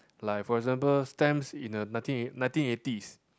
like for example stamps in eh nineteen nineteen eighties